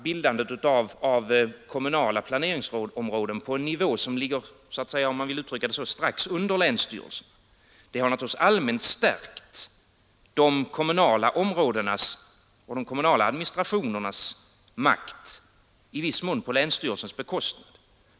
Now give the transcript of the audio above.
Bildandet av kommunala planeringsområden, som ligger på en nivå — om man vill uttrycka det så — strax under länsstyrelsen, har naturligtvis allmänt stärkt de kommunala områdenas och de kommunala administrationernas makt, i viss mån på länsstyrelsens bekostnad.